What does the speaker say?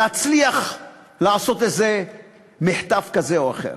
להצליח לעשות איזה מחטף כזה או אחר,